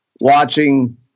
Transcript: watching